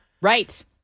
Right